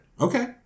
okay